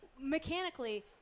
Mechanically